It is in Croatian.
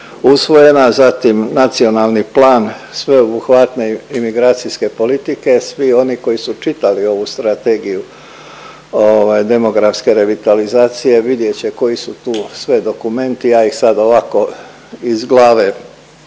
usvojena, zatim Nacionalni plan sveobuhvatni imigracijske politike. Svi oni koji su čitali ovu strategiju ovaj demografske revitalizacije vidjet će koji su tu sve dokumenti. Ja ih sad ovako iz glave